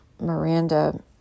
Miranda